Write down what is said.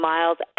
Miles